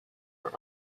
are